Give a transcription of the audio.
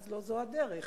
אז לא זו הדרך,